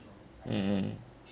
mm mm